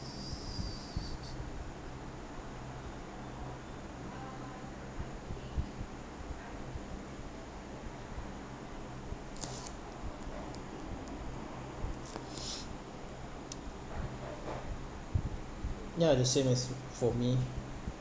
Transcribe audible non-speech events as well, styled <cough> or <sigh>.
<noise> ya the same as for me